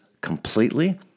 completely